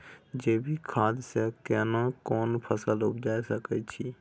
जैविक खाद से केना कोन फसल उपजा सकै छि?